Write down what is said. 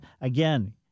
again